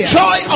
joy